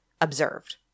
observed